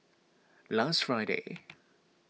last Friday